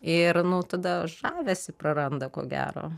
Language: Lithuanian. ir nu tada žavesį praranda ko gero